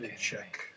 check